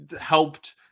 helped